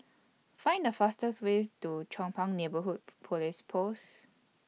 Find The fastest Way to Chong Pang Neighbourhood Police Post